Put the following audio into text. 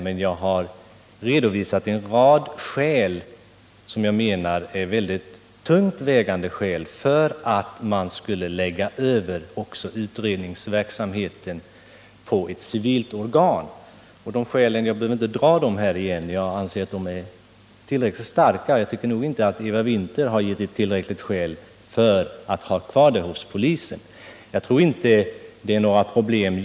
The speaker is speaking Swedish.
Men jag har redovisat en rad skäl som jag menar är mycket tungt vägande för att man skulle lägga över också utredningsverksamheten på ett civilt organ. Jag behöver inte upprepa de skälen här, men jag anser att de är tillräckligt starka för att en sådan åtgärd skulle vidtas. Däremot tycker jag inte att Eva Winther har redovisat tillräckliga skäl för att man skall ha kvar utredningsverksamheten hos polisen.